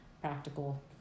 practical